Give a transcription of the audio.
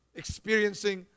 experiencing